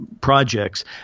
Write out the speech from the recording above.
projects